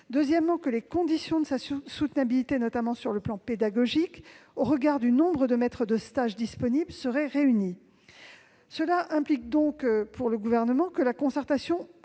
faudrait que les conditions de sa soutenabilité, notamment sur le plan pédagogique, au regard du nombre de maîtres de stage disponibles, soient réunies. Cela implique, pour le Gouvernement, que la concertation